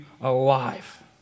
alive